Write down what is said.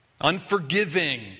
unforgiving